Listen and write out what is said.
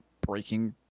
breaking